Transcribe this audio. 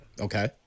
Okay